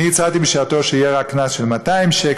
אני הצעתי בשעתו שיהיה רק קנס של 200 שקל,